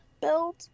build